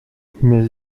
mais